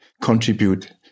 contribute